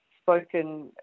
spoken